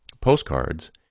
postcards